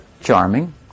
charming